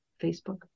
Facebook